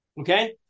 Okay